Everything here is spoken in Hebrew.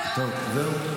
זהו?